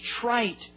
trite